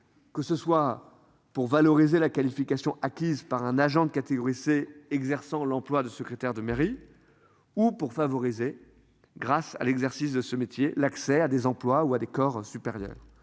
Que ce soit pour valoriser la qualification acquise par un agent de catégorie C exerçant l'emploi de secrétaire de mairie. Ou pour favoriser grâce à l'exercice de ce métier. L'accès à des emplois ou à des corps supérieur.